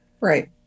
right